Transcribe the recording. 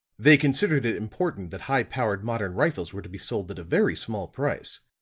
they considered it important that high-power modern rifles were to be sold at a very small price.